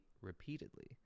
repeatedly